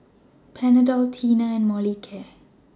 Panadol Tena and Molicare